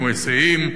כמו היסעים,